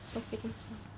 so freaking small